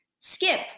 Skip